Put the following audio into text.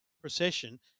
procession